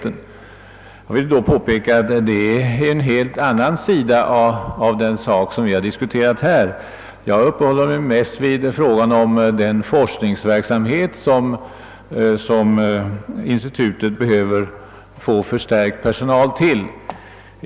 Jag vill då påpeka att detta är en helt annan sida av den sak vi har diskuterat här. Jag har uppehållit mig mest vid den forskningsverksamhet som institutet behöver få förstärkt personal till.